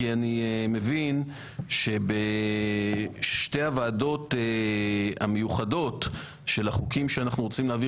כי אני מבין שבשתי הוועדות המיוחדות של החוקים שאנחנו רוצים להעביר